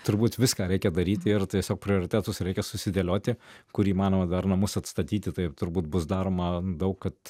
turbūt viską reikia daryti ir tiesiog prioritetus reikia susidėlioti kur įmanoma namus atstatyti tai turbūt bus daroma daug kad